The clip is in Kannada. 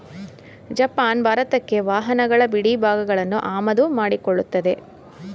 ಜಪಾನ್ ಭಾರತಕ್ಕೆ ವಾಹನಗಳ ಬಿಡಿಭಾಗಗಳನ್ನು ಆಮದು ಮಾಡಿಕೊಳ್ಳುತ್ತೆ